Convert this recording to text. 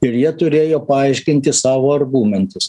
ir jie turėjo paaiškinti savo argumentus